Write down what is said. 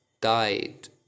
Died